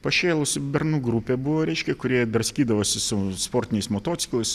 pašėlusi bernų grupė buvo reiškia kurie draskydavosi su sportiniais motociklais